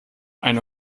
ein